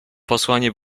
posłanie